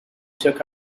took